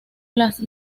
las